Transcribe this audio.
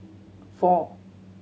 four